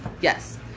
Yes